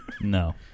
No